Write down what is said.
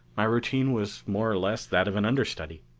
my routine was more or less that of an understudy.